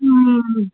ம் ம்